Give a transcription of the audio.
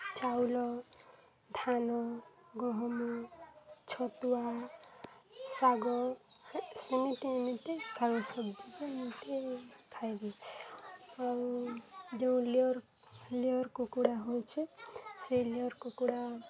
ଚାଉଳ ଧାନ ଗହମ ଛତୁଆ ଶାଗ ସେମିତି ଏମିତି ଶାଗ ସବଜି ଏମିତି ଖାଇବେ ଆଉ ଯୋଉଁ ଲେୟର୍ ଲେୟର୍ କୁକୁଡ଼ା ହେଉଛେ ସେଇ ଲେୟର୍ କୁକୁଡ଼ା